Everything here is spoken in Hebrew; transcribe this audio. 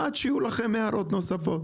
עד שיהיו לכם הערות נוספות.